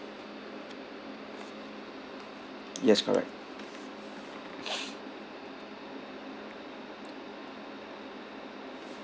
yes correct